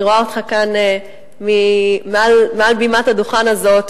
אני רואה אותך כאן על בימת הדוכן הזה,